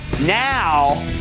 Now